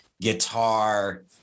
guitar